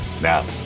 now